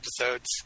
episodes